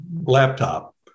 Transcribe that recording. laptop